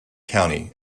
county